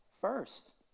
first